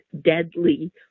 deadly